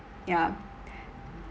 yeah